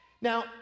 Now